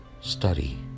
study